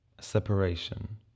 separation